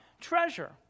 treasure